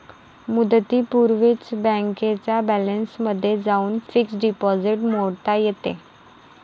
मुदतीपूर्वीच बँकेच्या बॅलन्समध्ये जाऊन फिक्स्ड डिपॉझिट मोडता येते